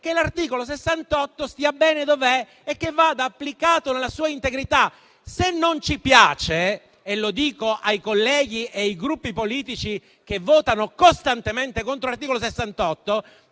che l'articolo 68 stia bene dov'è e che vada applicato nella sua integrità. Dico ai colleghi dei Gruppi politici che votano costantemente contro l'articolo 68: